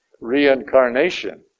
reincarnation